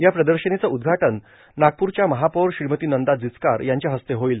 या प्रदर्शनीचं उद्घाटन नागपूरच्या महापौर श्रीमती नंदा जिचकार यांच्या हस्ते होईल